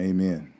Amen